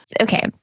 Okay